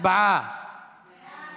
ההצעה להעביר